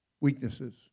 weaknesses